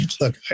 look